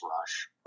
rush